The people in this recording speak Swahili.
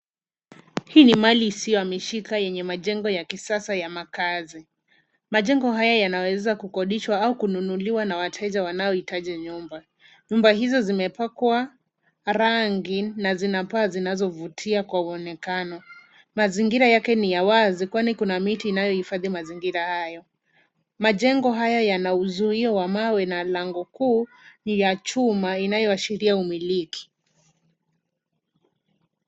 Hii ni mali isiyo yameshika yenye majengo ya kisasa ya makazi majengo haya yanaweza kukodishwa au kununuliwa na wateja wanaohitaji nyumba, nyumba hizo zimepakwa rangi na zina paa zinazovutia kwa uonekano mazingira yake ni ya wazi kwani kuna miti inayohifadhi mazingira hayo ,majengo haya yana uzuia wa mawe na mlango kuu ya chuma inayoashiria umiliki.